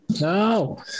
No